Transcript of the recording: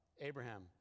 Abraham